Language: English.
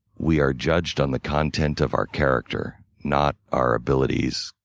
we are judged on the content of our character, not our abilities,